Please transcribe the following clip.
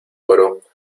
coro